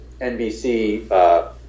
NBC